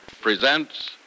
Presents